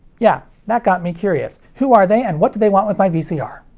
yeah, that got me curious. who are they and what do they want with my vcr?